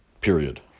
period